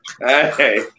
Hey